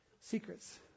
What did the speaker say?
Secrets